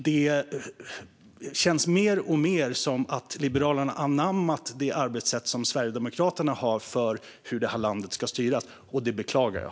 Det känns mer och mer som om Liberalerna har anammat Sverigedemokraternas arbetssätt när det gäller hur det här landet ska styras, och det beklagar jag.